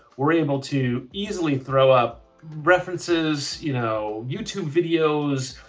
we're able to easily throw up references, you know youtube videos,